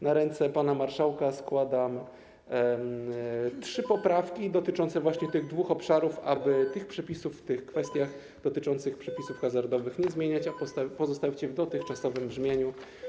Na ręce pana marszałka składam trzy poprawki dotyczące właśnie tych dwóch obszarów, aby tych przepisów w tych kwestiach dotyczących przepisów hazardowych nie zmieniać, lecz pozostawić je w dotychczasowym brzmieniu.